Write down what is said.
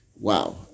wow